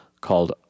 called